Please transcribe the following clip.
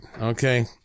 Okay